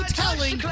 telling